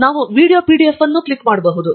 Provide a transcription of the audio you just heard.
ನಂತರ ನಾವು video PDF ಅನ್ನು ಕ್ಲಿಕ್ ಮಾಡಬಹುದು